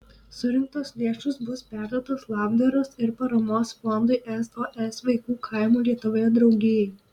surinktos lėšos bus perduotos labdaros ir paramos fondui sos vaikų kaimų lietuvoje draugijai